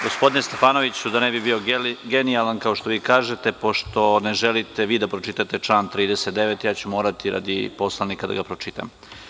Gospodine Stefanoviću, da ne bih bio genijalan, kao što vi kažete, pošto ne želite vi da pročitate član 39, ja ću morati radi poslanika da ga pročitam.